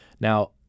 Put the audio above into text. Now